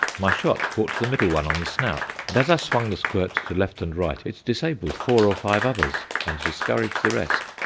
my shot caught the middle one on the snout, and as i swung the squirt to left and right, it disabled four or five others, and discouraged the rest.